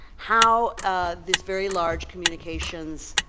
how the very large communications